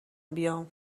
بیام